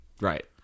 right